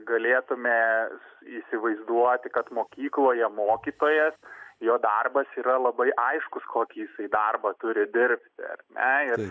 galėtume įsivaizduoti kad mokykloje mokytojas jo darbas yra labai aiškus kokį jis darbą turi dirbti ar ne ir